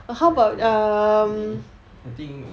mmhmm I think